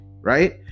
right